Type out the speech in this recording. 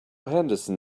henderson